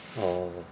orh